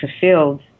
fulfilled